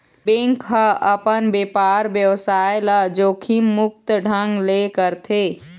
bank ह अपन बेपार बेवसाय ल जोखिम मुक्त ढंग ले करथे